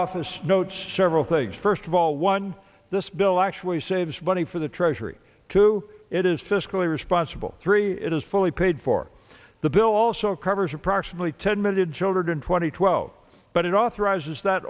office notes several things first of all one this bill actually saves money for the treasury two it is fiscally responsible three it is fully paid for the bill also covers approximately ten million children in two thousand and twelve but it authorizes that